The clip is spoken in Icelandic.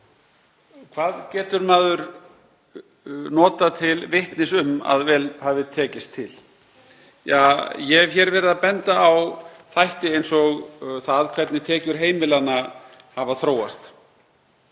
Hvað getur maður notað til vitnis um að vel hafi tekist til? Ja, ég hef hér verið að benda á þætti eins og hvernig tekjur heimilanna hafa þróast.